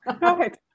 Right